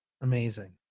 Amazing